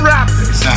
Raptors